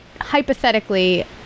hypothetically